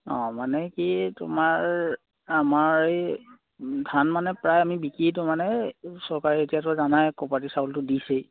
অঁ মানে কি তোমাৰ আমাৰ এই ধান মানে প্ৰায় আমি বিক্ৰীতো মানে চৰকাৰে এতিয়াতো জানাই কপাৰটিভ চাউলটো দিছেই